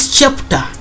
chapter